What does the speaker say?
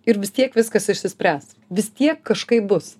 ir vis tiek viskas išsispręs vis tiek kažkaip bus